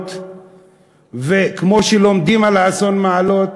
במעלות וכמו שלומדים על האסון במעלות